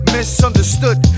Misunderstood